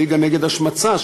של הליגה נגד השמצה,